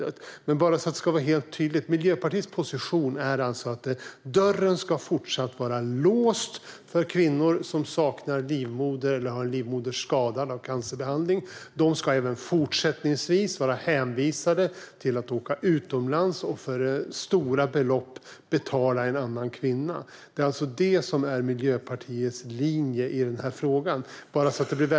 Men nu frågar jag bara för att det ska vara helt tydligt: Är Miljöpartiets position alltså att dörren fortsatt ska vara låst för kvinnor som saknar livmoder eller har en livmoder som är skadad av cancerbehandling? De ska alltså även fortsättningsvis vara hänvisade till att åka utomlands och betala en annan kvinna för stora belopp. Är det alltså detta som är Miljöpartiets linje i den här frågan?